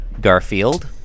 Garfield